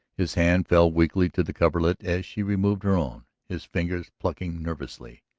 his hand fell weakly to the coverlet as she removed her own, his fingers plucking nervously.